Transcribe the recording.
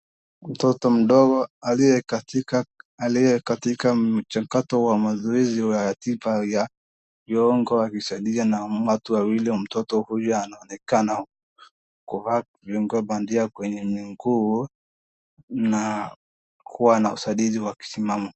Mtoto mdogo aliyekatika, aliyekatika mchakato wa mazoezi wa hatiba ya viungo akisaidiwa na watu wawili. Mtoto huyu anaonekana kuvaa viungo bandia kwenye miguu, na kuwa na usaidizi wa kisimamo.